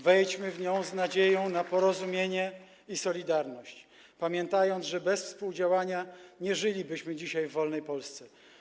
Wejdźmy w nią z nadzieją na porozumienie i solidarność, pamiętając, że bez współdziałania nie żylibyśmy dzisiaj w wolnej Polsce.